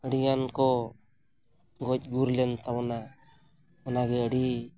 ᱟᱹᱰᱤᱜᱟᱱ ᱠᱚ ᱜᱚᱡᱼᱜᱩᱨ ᱞᱮᱱ ᱛᱟᱵᱚᱱᱟ ᱚᱱᱟᱜᱮ ᱟᱹᱰᱤ